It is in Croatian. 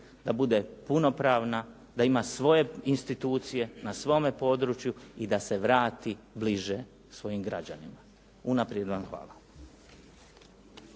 da bude punopravna, da ima svoje institucije, na svome području i da se vrati bliže svojim građanima. Unaprijed vam hvala.